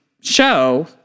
show